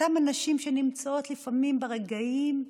אותן נשים שנמצאות לפעמים ברגעים האלו,